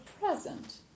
present